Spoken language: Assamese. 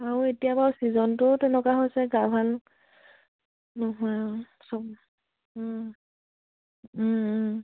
আৰু এতিয়া বাৰু ছিজনটো তেনেকুৱা হৈছে গা ভাল নোহোৱা চব